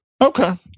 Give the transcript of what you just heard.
Okay